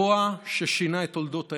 רוע ששינה את תולדות האנושות.